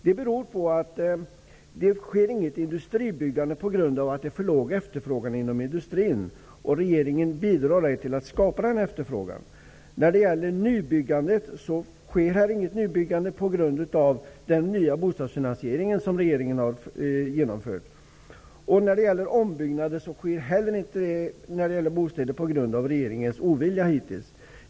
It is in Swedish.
Det sker inget industribyggande på grund av att det är för låg efterfrågan inom industrin. Regeringen bidrar ej till att skapa denna efterfrågan. Det sker inget nybyggande på grund av den nya bostadsfinansiering som regeringen har genomfört. Ombyggnader av bostäder sker heller inte på grund av den ovilja regeringen hittills har visat.